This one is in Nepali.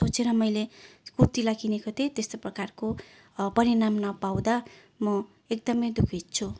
सोचेर मैले कुर्तीलाई किनेको थिएँ त्यस्तो प्रकारको परिणाम नपाउँदा म एकदमै दुखित छु